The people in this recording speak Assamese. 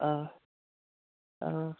অঁ অঁ